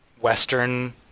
Western